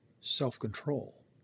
self-control